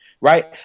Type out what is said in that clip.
right